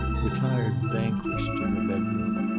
retired vanquished to her bedroom.